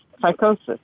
psychosis